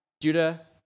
Judah